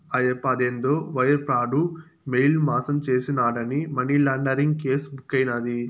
ఆయప్ప అదేందో wire fraud, mail మాసం చేసినాడాని మనీలాండరీంగ్ కేసు బుక్కైనాది